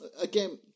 again